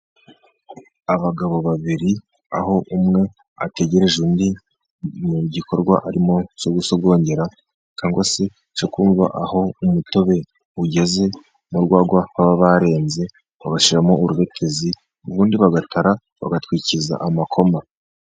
Abagabo babiri aho umwe ategereje undi mu gikorwa arimo cyo gusogongera cyangwa se cyokumva aho umutobe ugeze mu rwagwa baba barenze bagashyiramo urubetizi ubundi bagatara bagatwikiza amakoma.